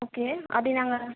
okay அப்படி நாங்கள்